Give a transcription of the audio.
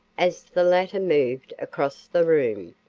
as the latter moved across the room,